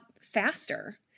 faster